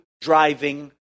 driving